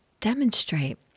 demonstrate